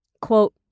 Quote